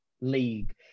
league